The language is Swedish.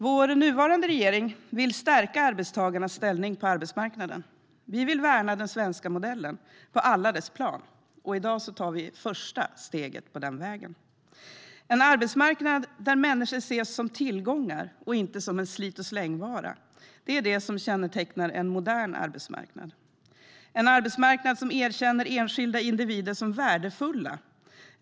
Vår nuvarande regering vill stärka arbetstagarnas ställning på arbetsmarknaden. Vi vill värna den svenska modellen på alla dess plan. I dag tar vi det första steget på den vägen. En arbetsmarknad där människor ses som tillgångar och inte som en slit-och-släng-vara är det som kännetecknar en modern arbetsmarknad. Det är en arbetsmarknad som erkänner enskilda individer som värdefulla.